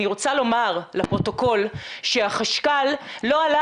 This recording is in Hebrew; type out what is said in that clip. אני רוצה לומר לפרוטוקול שהחשכ"ל לא עלה